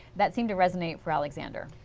that seemed to resonate for alexander.